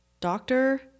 Doctor